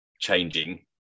changing